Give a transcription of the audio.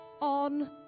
on